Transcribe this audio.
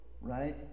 Right